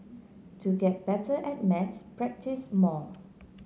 to get better at maths practise more